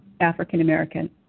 African-American